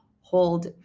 hold